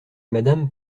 madame